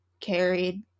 carried